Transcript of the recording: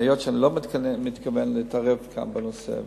היות שאני לא מתכוון להתערב בנושא,